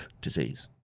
disease